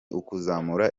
ukuzamura